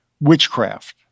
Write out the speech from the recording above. witchcraft